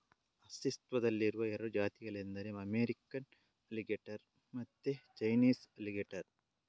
ಅಸ್ತಿತ್ವದಲ್ಲಿರುವ ಎರಡು ಜಾತಿಗಳೆಂದರೆ ಅಮೇರಿಕನ್ ಅಲಿಗೇಟರ್ ಮತ್ತೆ ಚೈನೀಸ್ ಅಲಿಗೇಟರ್